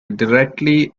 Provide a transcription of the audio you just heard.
directly